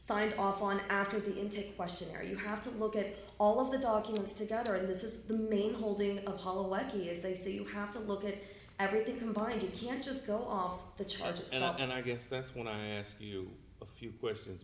signed off on after the interview questionnaire you have to look at all of the documents together and this is the main holding the whole wacky as they say you have to look at everything combined you can just go off the charges and up and i guess that's when i ask you a few questions